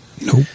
Nope